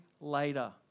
later